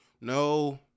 no